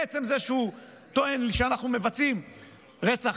בעצם זה שהוא טוען שאנחנו מבצעים רצח